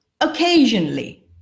occasionally